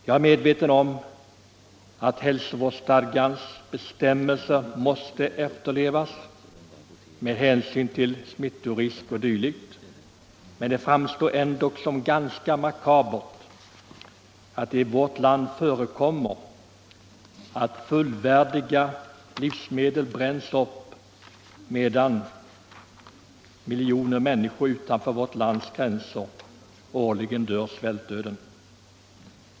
Jag är medveten om att hälsovårdsstadgans bestämmelser måste efterlevas med hänsyn till smittorisk o. d., men det framstår ändock som ganska makabert att det i vårt land förekommer att fullvärdiga livsmedel bränns upp, medan miljoner människor utanför vårt lands gränser årligen dör svältdöden.